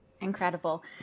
Incredible